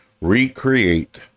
recreate